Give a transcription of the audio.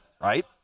right